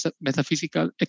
metaphysical